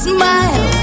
Smile